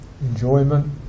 enjoyment